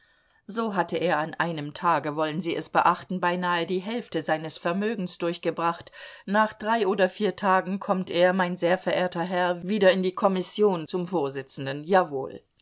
so hatte er an einem tage wollen sie es beachten beinahe die hälfte seines vermögens durchgebracht nach drei oder vier tagen kommt er mein sehr verehrter herr wieder in die kommission zum vorsitzenden jawohl